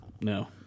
no